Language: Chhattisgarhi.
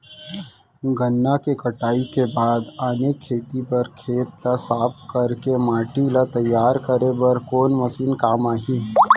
गन्ना के कटाई के बाद आने खेती बर खेत ला साफ कर के माटी ला तैयार करे बर कोन मशीन काम आही?